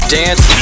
dance